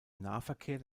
nahverkehr